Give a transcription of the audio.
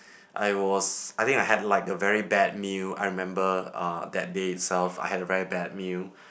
I was I think I had like a very bad meal I remember uh that day itself I had a very bad meal